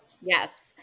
Yes